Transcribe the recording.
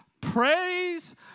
praise